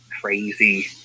crazy